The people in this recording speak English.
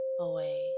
away